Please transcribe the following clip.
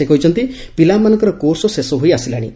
ସେ କହିଛନ୍ତି ପିଲାମାନଙ୍କର କୋର୍ସ ଶେଷ ହୋଇ ଆସିଲାଣି